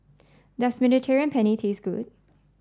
does Mediterranean Penne taste good